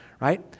Right